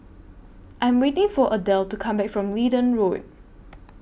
I Am waiting For Adell to Come Back from Leedon Road